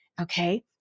okay